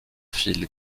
fil